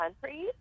countries